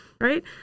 right